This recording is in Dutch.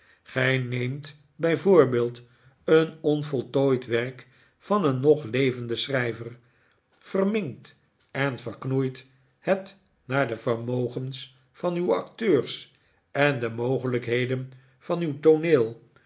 gij neemt bij voorbeeld een onvoltooid werk van een nog levenden schrijver verminkt en verknoeit het naar de vermogens van uw acteurs en de mogelijkheden van uw tooneel